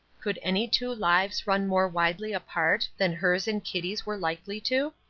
could any two lives run more widely apart than hers and kitty's were likely to?